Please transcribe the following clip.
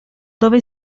dove